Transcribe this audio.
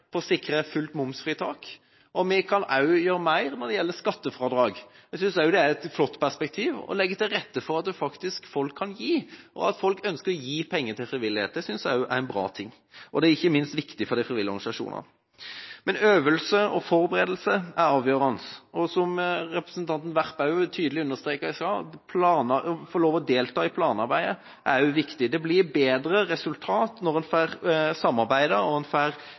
når det gjelder skattefradrag. Jeg synes også det er et flott perspektiv å legge til rette for at folk kan gi – og at de ønsker å gi – penger til frivillighet. Det synes jeg er en bra ting, og det er ikke minst viktig for de frivillige organisasjonene. Øvelse og forberedelse er avgjørende. Som også representanten Werp tydelig understreket i stad: Å få lov til å delta i planarbeidet er viktig. Det blir bedre resultater når en får samarbeide og får